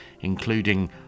including